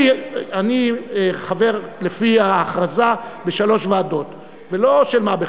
אני חבר לפי ההכרזה בשלוש ועדות, ולא של מה בכך,